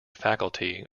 faculty